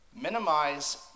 Minimize